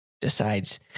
decides